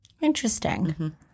Interesting